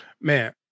man